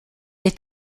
est